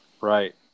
right